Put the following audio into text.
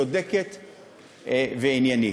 צודקת ועניינית.